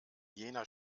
jener